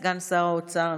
סגן שר האוצר,